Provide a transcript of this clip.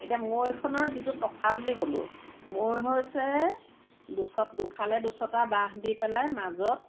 এতিয়া মৈখনৰ যিটো টকা বুলি ক'লোঁ মৈ হৈছে দুফালে দুচটা বাঁহ দি পেলাই মাজত